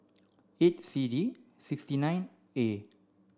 eight C D six nine A